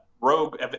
rogue